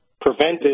prevented